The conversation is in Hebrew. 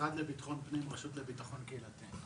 המשרד לביטחון פנים, הרשות לביטחון קהילתי.